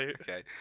Okay